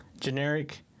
Generic